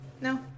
no